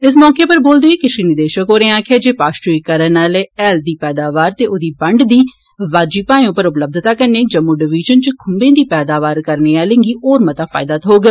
इस मौके उप्पर बोलदे होई कृषि निदेशक होरें आक्खेआ जे पाश्चुरिकरण आला हैल दे पैदावार ते औदी बंड दी वाजिव भाए उप्पर उपलब्यता कन्नै जम्मू डिविजन च खूम्बें दी पैदावार करने आलें गी होर मता फायदा थ्होग